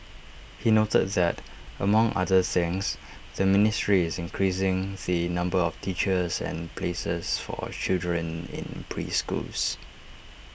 he noted that among other things the ministry is increasing the number of teachers and places for A children in preschools